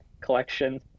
collection